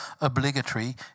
obligatory